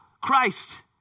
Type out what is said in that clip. Christ